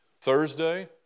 Thursday